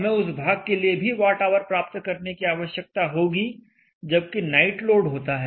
हमें उस भाग के लिए भी वाट आवर प्राप्त करने की आवश्यकता होगी जबकि नाइट लोड होता है